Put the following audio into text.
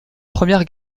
première